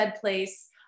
place